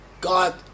God